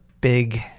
big